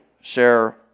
share